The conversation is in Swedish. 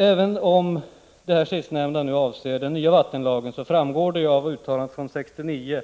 Även om det som jag senast berört avser den nya vattenlagen, framgår det av uttalandet från 1969